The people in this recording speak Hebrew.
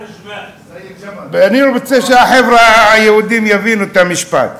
ואני רוצה שהחבר'ה היהודים יבינו את המשפט.